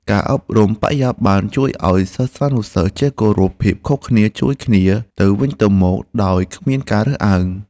ការអប់រំបរិយាបន្នជួយឱ្យសិស្សានុសិស្សចេះគោរពភាពខុសគ្នាជួយគ្នាទៅវិញទៅមកដោយគ្មានការរើសអើង។